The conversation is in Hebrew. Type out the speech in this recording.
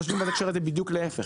בהקשר הזה אנחנו חושבים בדיוק להפך.